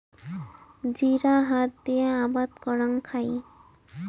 জিরা হাত দিয়া আবাদ করাং খাই